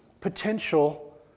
potential